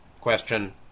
question